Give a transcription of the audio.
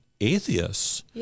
atheists